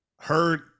heard